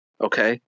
Okay